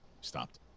Stopped